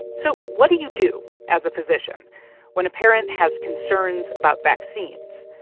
so what do you do as a physician when a parent has concerns about vaccines?